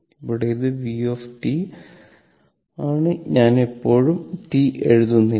ഇവിടെ ഇത് V ആണ് ഞാൻ എപ്പോഴും t എഴുതുന്നില്ല